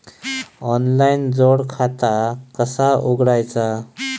Online जोड खाता कसा उघडायचा?